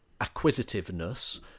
acquisitiveness